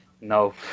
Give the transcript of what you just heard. No